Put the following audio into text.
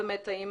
לגבי